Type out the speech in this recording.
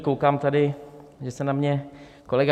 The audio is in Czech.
Koukám tady, že se na mě kolega